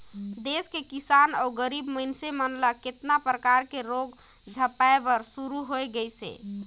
देस के किसान अउ गरीब मइनसे मन ल केतना परकर के रोग झपाए बर शुरू होय गइसे